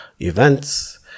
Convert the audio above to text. Events